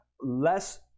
less